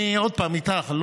אני עוד פעם איתך.